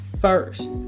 first